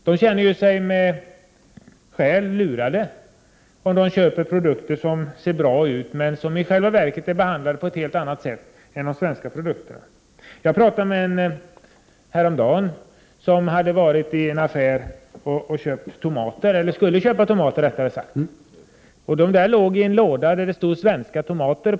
Man känner sig med skäl lurad, om man köper produkter som ser bra ut men som i själva verket är behandlade på ett helt annat sätt än de svenska produkterna. Häromdagen pratade jag med en person som hade varit inne i en affär för att köpa tomater. Tomaterna låg i en låda, på vilken det stod angivet ”Svenska tomater”.